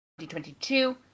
2022